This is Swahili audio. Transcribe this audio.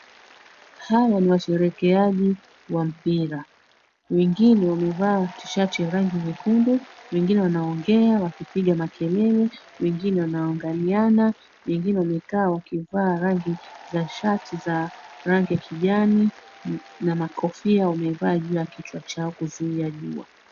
Hawa ni washerekeaji wa mpira. Wengine wamevaa tishati ya rangi nyekundu, wengine wanaongea wakipiga makelele, wengine wanaangaliana, wengine wamekaa wakivaa rangi za shati za rangi ya kijani na makofia wamevaa juu ya kichwa chao kuzuia jua.